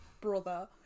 brother